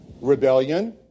Rebellion